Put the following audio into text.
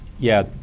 yeah,